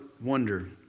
wonder